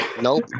Nope